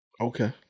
Okay